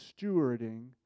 stewarding